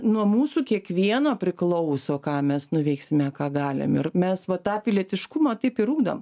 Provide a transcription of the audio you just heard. nuo mūsų kiekvieno priklauso ką mes nuveiksime ką galim ir mes va tą pilietiškumą taip ir ugdom